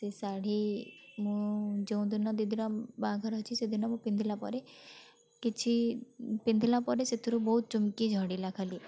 ସେ ଶାଢ଼ୀ ମୁଁ ଯେଉଁଦିନ ଦିଦିର ବାହାଘର ହେଇଛି ସେ ଦିନକ ପିନ୍ଧିଲା ପରେ କିଛି ପିନ୍ଧିଲା ପରେ ସେଥିରୁ ବହୁତ ଚୁମ୍କି ଝଡ଼ିଲା ଖାଲି